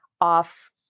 off